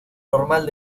normal